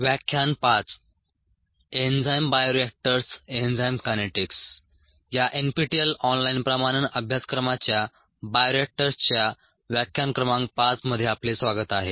या NPTEL online प्रमाणन अभ्यासक्रमाच्या बायोरिएक्टर्सच्या व्याख्यान क्रमांक 5 मध्ये आपले स्वागत आहे